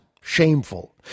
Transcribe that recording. Shameful